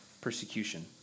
persecution